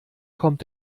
kommt